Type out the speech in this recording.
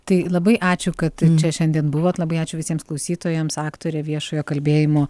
tai labai ačiū kad šiandien buvot labai ačiū visiems klausytojams aktorė viešojo kalbėjimo